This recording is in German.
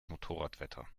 motorradwetter